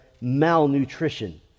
malnutrition